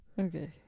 Okay